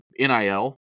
NIL